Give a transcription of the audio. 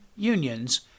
Unions